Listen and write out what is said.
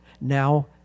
now